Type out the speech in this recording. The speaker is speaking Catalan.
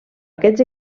aquests